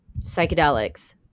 psychedelics